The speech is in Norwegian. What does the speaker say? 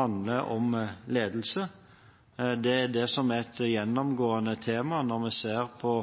handler om ledelse. Det er det som er et gjennomgående tema når vi ser på